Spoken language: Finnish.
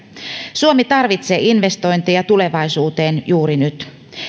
suomi tarvitsee investointeja tulevaisuuteen juuri nyt